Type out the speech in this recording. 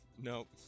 Nope